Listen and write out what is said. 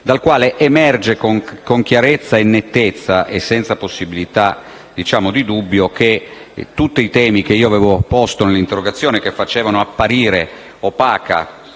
dalla quale emerge con nettezza, e senza possibilità di dubbio, che i temi che avevo posto nell'interrogazione, che facevano apparire opaca